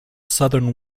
southern